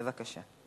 בבקשה,